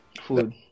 Food